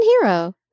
hero